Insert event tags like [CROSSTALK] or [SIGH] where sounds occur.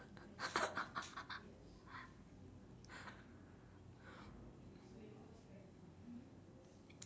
[LAUGHS]